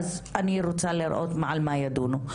אז אני רוצה לראות על מה ידונו,